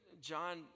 John